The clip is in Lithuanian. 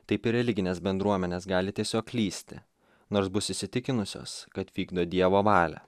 taip ir religinės bendruomenės gali tiesiog klysti nors bus įsitikinusios kad vykdo dievo valią